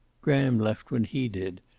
graham left when he did,